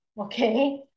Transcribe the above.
okay